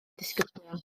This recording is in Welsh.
disgyblion